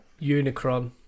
Unicron